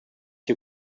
you